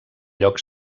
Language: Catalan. lloc